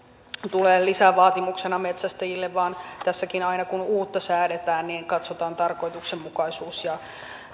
lisävaatimuksena metsästäjille vaan että tässäkin aina kun uutta säädetään katsotaan tarkoituksenmukaisuus